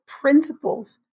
principles